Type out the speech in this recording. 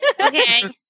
Okay